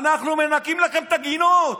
אנחנו מנקים לכם את הגינות.